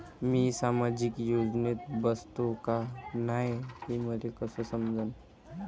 मी सामाजिक योजनेत बसतो का नाय, हे मले कस समजन?